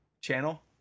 channel